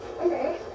Okay